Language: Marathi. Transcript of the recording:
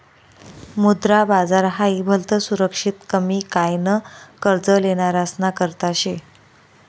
मुद्रा बाजार हाई भलतं सुरक्षित कमी काय न कर्ज लेनारासना करता शे